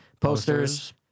posters